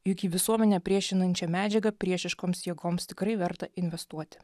juk į visuomenę priešinančią medžiagą priešiškoms jėgoms tikrai verta investuoti